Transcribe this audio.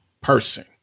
person